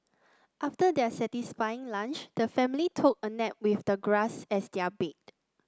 after their satisfying lunch the family took a nap with the grass as their bed